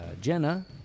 Jenna